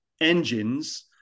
engines